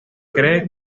cree